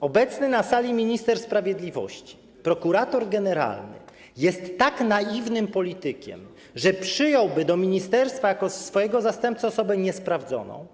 obecny na sali minister sprawiedliwości prokurator generalny jest tak naiwnym politykiem, że przyjąłby do ministerstwa jako swojego zastępcę osobę niesprawdzoną?